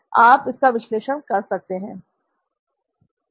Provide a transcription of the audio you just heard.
आप इसका विश्लेषण कर सकते हैं